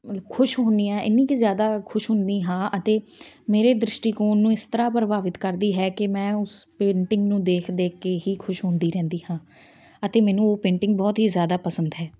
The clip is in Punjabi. ਮਤਲਬ ਖੁਸ਼ ਹੁੰਦੀ ਹਾਂ ਇੰਨੀ ਕੁ ਜ਼ਿਆਦਾ ਖੁਸ਼ ਹੁੰਦੀ ਹਾਂ ਅਤੇ ਮੇਰੇ ਦ੍ਰਿਸ਼ਟੀਕੋਣ ਨੂੰ ਇਸ ਤਰ੍ਹਾਂ ਪ੍ਰਭਾਵਿਤ ਕਰਦੀ ਹੈ ਕਿ ਮੈਂ ਉਸ ਪੇਂਟਿੰਗ ਨੂੰ ਦੇਖ ਦੇਖ ਕੇ ਹੀ ਖੁਸ਼ ਹੁੰਦੀ ਰਹਿੰਦੀ ਹਾਂ ਅਤੇ ਮੈਨੂੰ ਉਹ ਪੇਂਟਿੰਗ ਬਹੁਤ ਹੀ ਜ਼ਿਆਦਾ ਪਸੰਦ ਹੈ